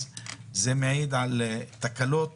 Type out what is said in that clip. זה מעיד על תקלות